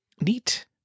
Neat